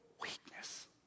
weakness